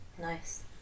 Nice